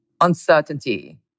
uncertainty